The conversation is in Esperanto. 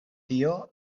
tio